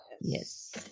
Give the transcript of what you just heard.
Yes